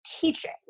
teaching